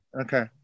Okay